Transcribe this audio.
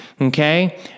Okay